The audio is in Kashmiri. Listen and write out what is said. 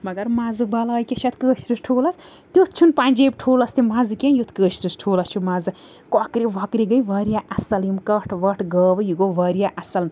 مگر مَزٕ بَلاے کیٛاہ چھِ اَتھ کٲشرِس ٹھوٗلَس تیٛتھ چھُنہٕ پَنٛجٲبۍ ٹھوٗلَس تہِ مَزٕ کیٚنٛہہ یُتھ کٲشرِس ٹھوٗلَس چھُ مَزٕ کۄکرِ وۄکرِ گٔے واریاہ اصٕل یِم کٹھ وَٹھ گٲوٕ یہِ گوٚو واریاہ اصٕل